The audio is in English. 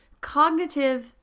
cognitive